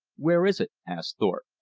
where is it? asked thorpe.